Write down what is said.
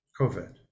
COVID